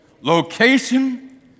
location